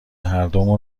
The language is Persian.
هردومون